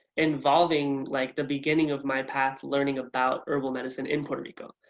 involving like the beginning of my path learning about herbal medicine in puerto rico.